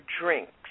drinks